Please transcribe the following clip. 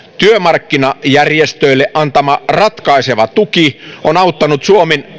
työmarkkinajärjestöille antama ratkaiseva tuki on auttanut suomen